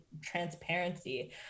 transparency